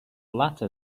latter